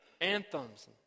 anthems